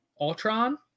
Ultron